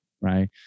right